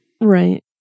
Right